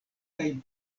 kaj